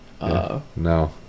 no